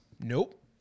Nope